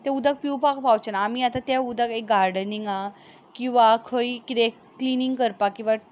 उदक पिवपाक पावचे ना आमी आतां तें उदक गार्डनिंगां किंवा खंयी किदेंय क्लिनींग करपाक किंवा